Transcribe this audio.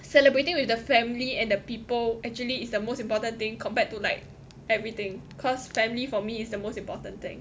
celebrating with the family and the people actually is the most important thing compared to like everything cause family for me is the most important thing